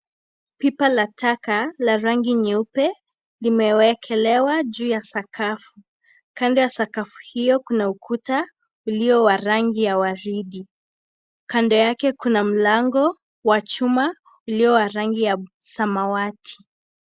Pipa la taka la rangi nyeupe limewekelewa juu ya sakafu. Kando ya sakafu hiyo kuna ukuta ulio rangi ya waridi. Kando yake, kuna mlango wa chuma ulio wa rangi ya samawati.